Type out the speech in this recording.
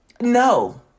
no